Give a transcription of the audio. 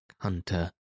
hunter